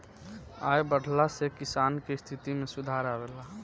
आय बढ़ला से किसान के स्थिति में सुधार आवेला